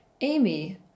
Amy